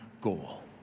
goal